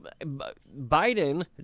Biden